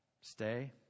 Stay